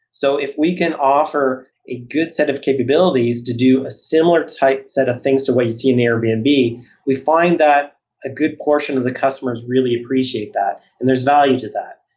so if we can offer a good set of capabilities to do a similar type set of things to what you see in airbnb, we find that a good portion of the customers really appreciate that, and there's value to that.